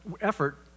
effort